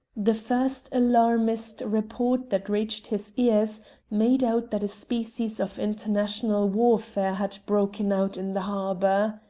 the first alarmist report that reached his ears made out that a species of international warfare had broken out in the harbour.